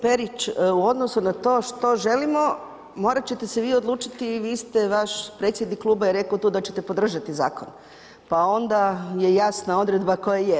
Kolegice Perić, u odnosu na to što želimo morati ćete se vi odlučiti i vi ste, vaš predsjednik kluba je rekao tu da ćete podržati zakon pa onda je jasna odredba koja je.